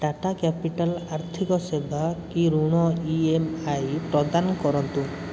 Tata Capital ଆର୍ଥିକ ସେବାକୁ ଋଣ ଇ ଏମ୍ ଆଇ ପ୍ରଦାନ କରନ୍ତୁ